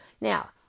Now